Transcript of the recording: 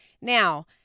Now